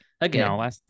again